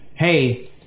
Hey